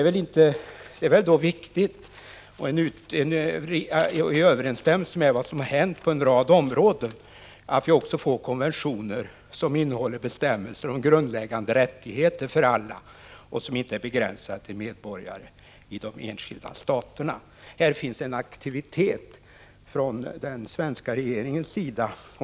Det är viktigt och i överensstämmelse med vad som har hänt på en rad områden att vi också får konventioner som innehåller bestämmelser om grundläggande rättigheter för alla och som inte är begränsade till medborgare i de enskilda staterna. I fråga om detta finns en aktivitet från den svenska regeringens sida.